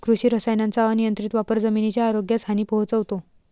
कृषी रसायनांचा अनियंत्रित वापर जमिनीच्या आरोग्यास हानी पोहोचवतो